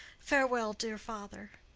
farewell, dear father.